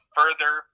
further